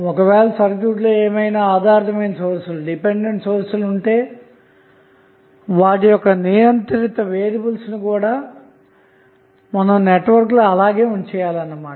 ఒకవేళ సర్క్యూట్ లో ఏమైనా ఆధారితమైన సోర్స్ లు కలిగి ఉంటె వాటి యొక్క నియంత్రిత వేరియబుల్స్ కూడా అదే నెట్వర్క్ లో ఉండాలన్నమాట